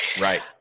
Right